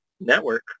network